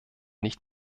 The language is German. nicht